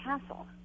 castle